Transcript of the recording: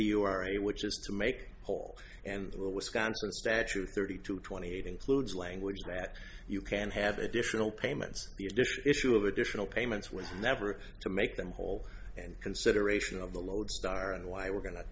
you are you which is to make whole and the wisconsin statute thirty to twenty eight includes language that you can have additional payments issue of additional payments was never to make them whole and consideration of the lodestar and why we're going to